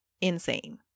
insane